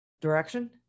direction